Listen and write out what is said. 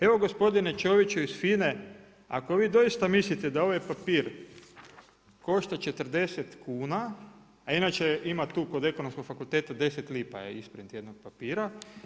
Evo gospodine Čoviću iz FINA-e ako vi doista mislite da ovaj papir košta 40 kuna, a inače ima tu kod Ekonomskog fakulteta 10 lipa je isprint jednog papira.